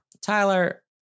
Tyler